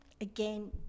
again